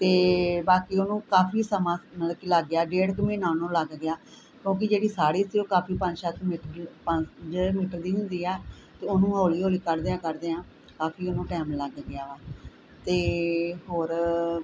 ਅਤੇ ਬਾਕੀ ਉਹਨੂੰ ਕਾਫੀ ਸਮਾਂ ਮਤਲਬ ਕਿ ਲੱਗ ਗਿਆ ਡੇਢ ਕੁ ਮਹੀਨਾ ਉਹਨੂੰ ਲੱਗ ਗਿਆ ਕਿਉਂਕਿ ਜਿਹੜੀ ਸਾੜੀ ਸੀ ਉਹ ਕਾਫੀ ਪੰਜ ਸੱਤ ਮੀਟਰ ਦੀ ਪੰਜ ਦੀ ਹੁੰਦੀ ਆ ਅਤੇ ਉਹਨੂੰ ਹੌਲੀ ਹੌਲੀ ਕੱਢਦਿਆਂ ਕੱਢਦਿਆਂ ਕਾਫੀ ਉਹਨੂੰ ਟਾਈਮ ਲੱਗ ਗਿਆ ਵਾ ਅਤੇ ਹੋਰ